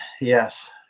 Yes